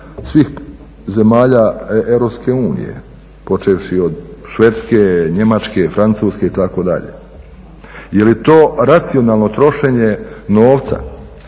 svih zemalja EU počevši od Švedske, Njemačke, Francuske itd. Je li to racionalno trošenje novca?